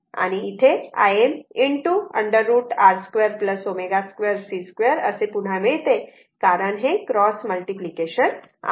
आणि आणि इथे हे Im √ R 2 ωc 2 असे पुन्हा मिळते कारण हे क्रॉस मल्टिप्लिकेशन आहे